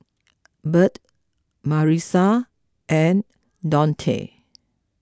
Bert Marisa and Dionte